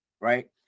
Right